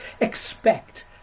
expect